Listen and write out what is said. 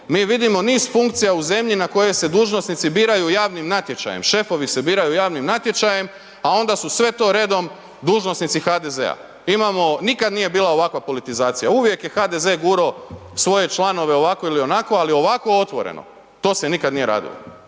Mi vidimo niz funkcija u zemlji na koje se dužnosnici biraju javnim natječajem, šefovi se biraju javnim natječajem a onda su sve to redom dužnosnici HDZ-a. Imamo, nikad nije bila ovakva politizacija, uvijek je HDZ gurao svoje članove ovako ili onako ali ovako otvoreno to se nikad nije radilo.